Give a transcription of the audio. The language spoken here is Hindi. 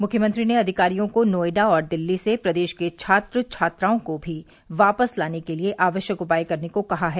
मुख्यमंत्री ने अधिकारियों को नोएडा और दिल्ली से प्रदेश के छात्र छात्राओं को भी वापस लाने के लिए आवश्यक उपाय करने को कहा है